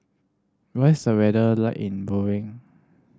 what is the weather like in Bahrain